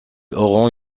auront